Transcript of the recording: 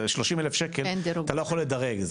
30 אלף שקל אתה לא יכול לדרג.